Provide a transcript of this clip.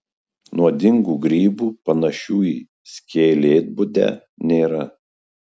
nuodingų grybų panašių į skylėtbudę nėra